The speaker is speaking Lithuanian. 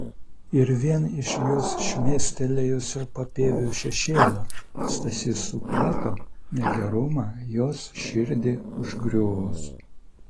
ir vien iš jos šmėstelėjusio papieviu šešėlio stasys suprato negerumą jos širdį užgriuvus